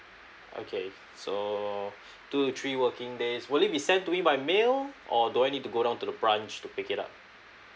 okay so two to three working days will it be sent to me by mail or do I need to go down to the branch to pick it up